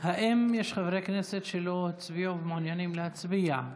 האם יש חברי כנסת שלא הצביעו ומעוניינים להצביע?